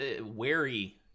wary